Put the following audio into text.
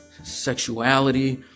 sexuality